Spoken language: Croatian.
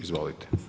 Izvolite.